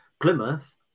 Plymouth